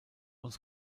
uns